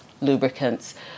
Lubricants